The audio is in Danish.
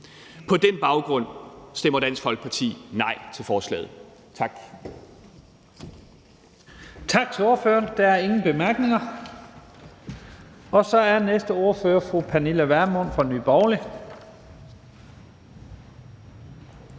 På den baggrund stemmer Dansk Folkeparti nej til forslaget. Tak.